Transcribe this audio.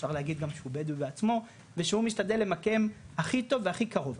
אפשר להגיד גם שהוא בדואי בעצמו ושהוא משתדל למקם הכי טוב והכי קרוב,